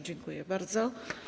Dziękuję bardzo.